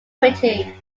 pretty